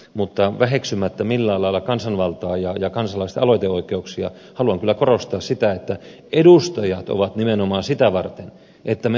mutta väheksymättä millään lailla kansanvaltaa ja kansalaisten aloiteoikeuksia haluan kyllä korostaa sitä että edustajat ovat nimenomaan sitä varten että me toimimme tulkkeina